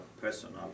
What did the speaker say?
personal